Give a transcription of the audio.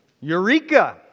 Eureka